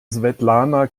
svetlana